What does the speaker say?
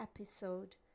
episode